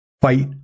fight